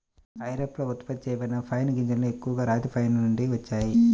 ఐరోపాలో ఉత్పత్తి చేయబడిన పైన్ గింజలు ఎక్కువగా రాతి పైన్ నుండి వచ్చాయి